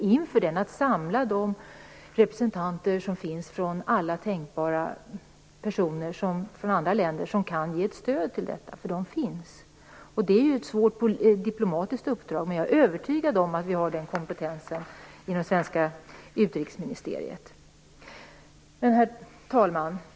Vi måste samla de representanter och andra tänkbara personer från andra länder som kan ge stöd, för de finns. Det är ett svårt diplomatiskt uppdrag, men jag är övertygad om att vi har den kompetensen inom svenska utrikesministeriet. Herr talman!